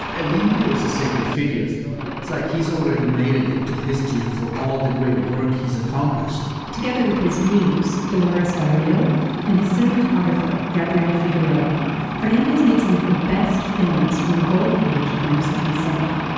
ilene, do you as a sacred figure? so yeah it's like he's already made it into history for all the great work he's accomplished together with his muse dolores del rio and his cinematographer gabrielle figure goda ah fernandez made some of the best films from the golden age of mexican cinema.